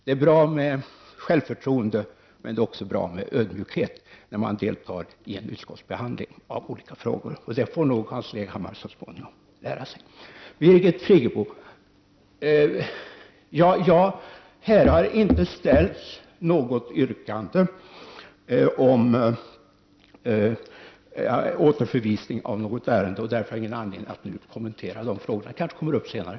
Det är bra med självförtroende, men det är också bra med ödmjukhet när man deltar i en utskottsbehandling av olika frågor. Det får nog Hans Leghammar så småningom lära sig. Birgit Friggebo, här har inte ställts något yrkande om återförvisning av något ärende. Därför har jag ingen anledning att nu kommentera de frågorna. Jag kanske kommer tillbaka senare.